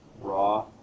raw